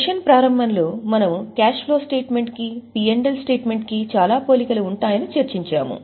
session ప్రారంభంలో మనము cash flow statement కి పి ఎల్ స్టేట్మెంట్ కి చాలా పోలికలు ఉంటాయని చర్చించాము